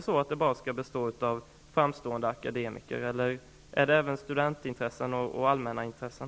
Skall det bara bestå av framstående akademiker, eller skall det även bestå av studentintressen och allmänna intressen?